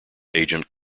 agent